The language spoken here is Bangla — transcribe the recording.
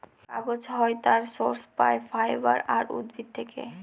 কাগজ হয় তার সোর্স পাই ফাইবার আর উদ্ভিদ থেকে